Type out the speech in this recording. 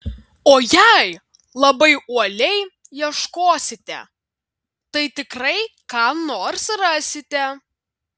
o jei labai uoliai ieškosite tai tikrai ką nors rasite